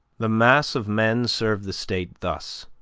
the mass of men serve the state thus,